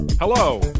Hello